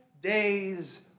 days